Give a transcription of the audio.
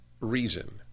reason